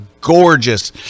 gorgeous